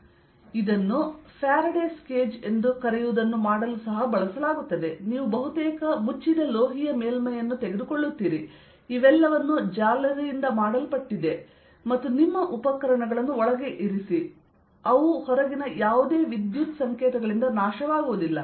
ಆದ್ದರಿಂದ ಇದನ್ನು Faraday's cage Faraday's cage ಎಂದು ಕರೆಯುವುದನ್ನು ಮಾಡಲು ಸಹ ಬಳಸಲಾಗುತ್ತದೆ ನೀವು ಬಹುತೇಕ ಮುಚ್ಚಿದ ಲೋಹೀಯ ಮೇಲ್ಮೈಯನ್ನು ತೆಗೆದುಕೊಳ್ಳುತ್ತೀರಿ ಇವೆಲ್ಲವೂ ಜಾಲರಿಯಿಂದ ಮಾಡಲ್ಪಟ್ಟಿದೆ ಮತ್ತು ನಿಮ್ಮ ಉಪಕರಣಗಳನ್ನು ಒಳಗೆ ಇರಿಸಿ ಮತ್ತು ಅವು ಹೊರಗಿನ ಯಾವುದೇ ವಿದ್ಯುತ್ ಸಂಕೇತಗಳಿಂದ ನಾಶವಾಗುವುದಿಲ್ಲ